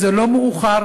זה לא מאוחר.